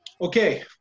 Okay